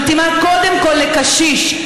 שמתאימה קודם כול לקשיש,